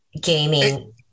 gaming